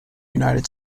united